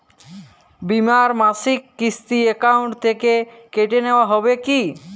বিমার মাসিক কিস্তি অ্যাকাউন্ট থেকে কেটে নেওয়া হবে কি?